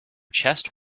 chest